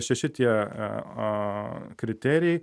šeši tie a kriterijai